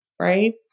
Right